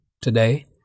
today